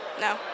No